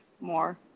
more